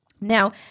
Now